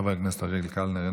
חבר הכנסת אריאל קלנר,